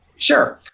sure.